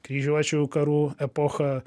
kryžiuočių karų epochą